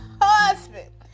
husband